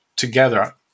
Together